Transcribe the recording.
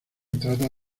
trata